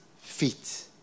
feet